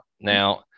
Now